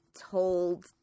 told